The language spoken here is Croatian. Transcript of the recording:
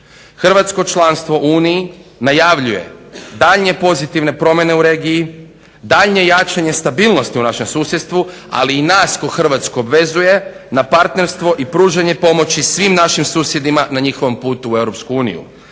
Hrvatsko članstvo u Uniji najavljuje daljnje pozitivne promjene u regiji, daljnje jačanje stabilnosti u našem susjedstvu, ali i nas kao Hrvatsku obvezuje na partnerstvo i pružanje pomoći svim našim susjedima na njihovom putu u EU.